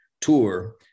tour